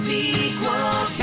Sequel